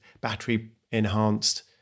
battery-enhanced